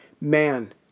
man